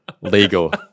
legal